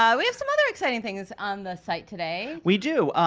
um we have some other exciting things on the site today. we do,